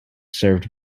served